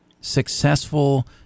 successful